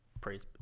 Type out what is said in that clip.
Praise